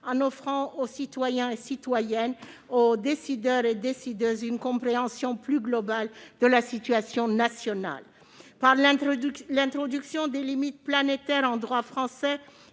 en offrant aux citoyens et citoyennes, ainsi qu'aux décideurs et décideuses, une compréhension plus globale de la situation nationale ». L'introduction des limites planétaires dans le droit français